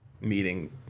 meeting